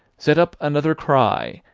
set up another cry,